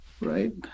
Right